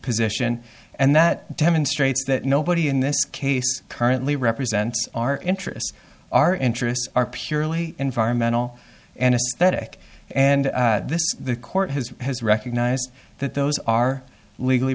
position and that demonstrates that nobody in this case currently represents our interests our interests are purely environmental anaesthetic and the court has has recognized that those are legally